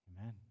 amen